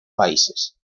países